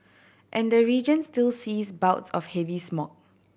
and the region still sees bouts of heavy smog